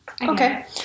Okay